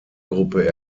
gruppe